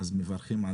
אנחנו מברכים.